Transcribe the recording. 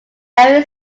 area